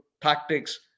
tactics